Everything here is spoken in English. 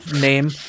Name